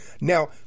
now